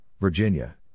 Virginia